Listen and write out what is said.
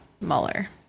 Mueller